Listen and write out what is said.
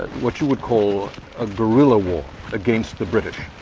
what you would call a guerilla war against the british.